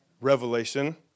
revelation